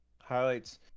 Highlights